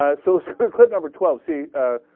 ah so super could never twelve c ah.